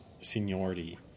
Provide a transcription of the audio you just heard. seniority